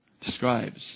describes